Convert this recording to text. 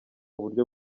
buryo